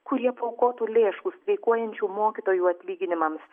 kurie paaukotų lėšų streikuojančių mokytojų atlyginimams